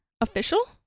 official